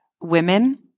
women